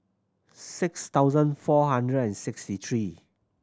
six thousand four hundred and sixty three